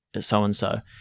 so-and-so